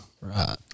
Right